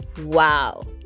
wow